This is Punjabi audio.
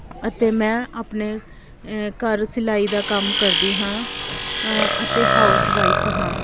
ਅਤੇ ਮੈਂ ਆਪਣੇ ਅ ਘਰ ਸਿਲਾਈ ਦਾ ਕੰਮ ਕਰਦੀ ਹਾਂ ਅ ਅਤੇ ਹਾਊਸ ਵਾਈਫ ਹਾਂ